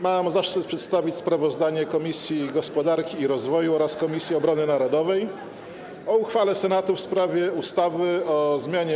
Mam zaszczyt przedstawić sprawozdanie Komisji Gospodarki i Rozwoju oraz Komisji Obrony Narodowej o uchwale Senatu w sprawie ustawy o zmianie